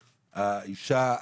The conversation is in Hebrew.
האישה,